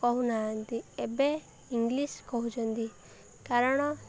କହୁନାହାନ୍ତି ଏବେ ଇଂଲିଶ୍ କହୁଛନ୍ତି କାରଣ